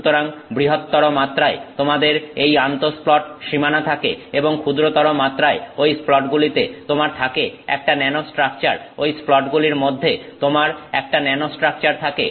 সুতরাং বৃহত্তর মাত্রায় তোমাদের এই আন্তঃস্প্লট সীমানা থাকে এবং ক্ষুদ্রতর মাত্রায় ঐ স্প্লটগুলিতে তোমার থাকে একটা ন্যানোস্ট্রাকচার ঐ স্প্লটগুলির মধ্যে তোমার একটা ন্যানোস্ট্রাকচার থাকে